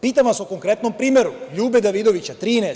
Pitam vas o konkretnom primeru – LJube Davidovića 13.